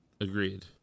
agreed